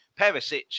Perisic